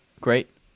Great